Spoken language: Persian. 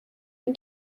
این